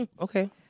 okay